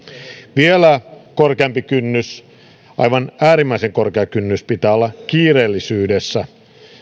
vielä korkeampi kynnys aivan äärimmäisen korkea kynnys pitää olla kiireellisyydessä